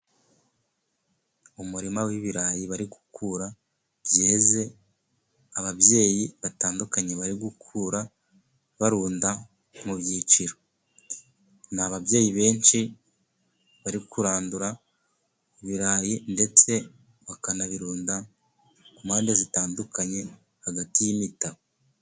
Umurima w'ibirayi bari gukura byeze, ababyeyi batandukanye bari gukura barunda mu byiciro. Ni ababyeyi benshi bari kurandura ibirayi, ndetse bakanabirunda ku mpande zitandukanye hagati y'imitabo.